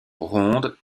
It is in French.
ronde